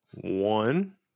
One